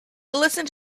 listened